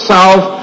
South